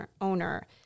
owner